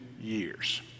years